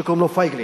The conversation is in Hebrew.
שקוראים לו פייגלין,